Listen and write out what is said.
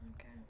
okay